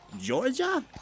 Georgia